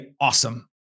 awesome